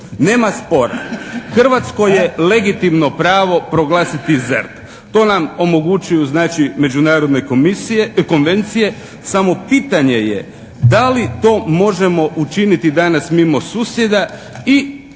Nema spora. Hrvatsko je legitimno pravo proglasiti ZERP. To nam omogućuju znači međunarodne komisije, konvencije samo pitanje je da li to možemo učiniti danas mimo susjeda i